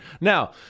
Now